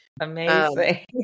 Amazing